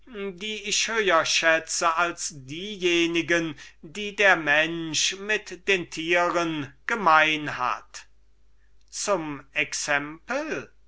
die ich höher schätze als diejenigen die der mensch mit den tieren gemein hat zum exempel